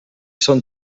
són